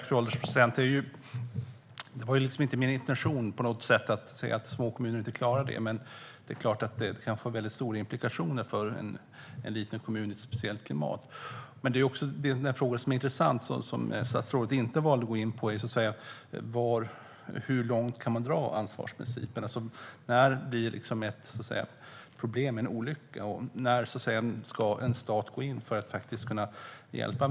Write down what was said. Fru ålderspresident! Det var inte min intention att säga att små kommuner inte klarar det här, men det är klart att det kan få mycket stora implikationer för en liten kommun i ett speciellt klimat. Men den fråga som är intressant och som statsrådet inte valde att gå in på är hur långt man kan dra ansvarsprincipen. När blir ett problem en olycka, och när ska en stat gå in med resurser för att faktiskt kunna hjälpa?